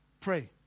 pray